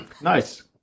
Nice